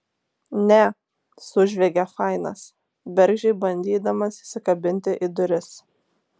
ne sužviegė fainas bergždžiai bandydamas įsikabinti į duris